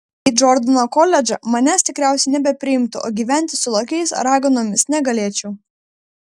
į džordano koledžą manęs tikriausiai nebepriimtų o gyventi su lokiais ar raganomis negalėčiau